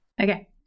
Okay